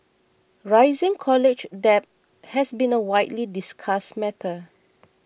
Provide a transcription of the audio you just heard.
rising college debt has been a widely discussed matter